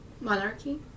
Monarchy